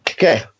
Okay